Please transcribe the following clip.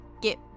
get